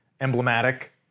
emblematic